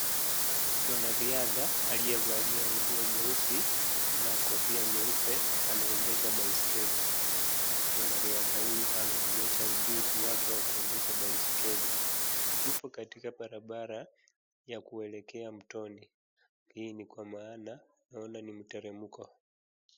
Mwanariadha aliyevalia nguo nyeusi na kofia nyeupe anaendesha baiskeli .Mwanriadha huyu anaonyesha ujizi wake wa kuendesha baiskeli katika. Yupo katika barabara ya kuelekea mtoni, hii ni kwa maana naona ni mteremko